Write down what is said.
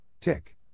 tick